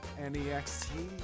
N-E-X-T